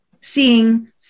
seeing